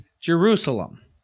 Jerusalem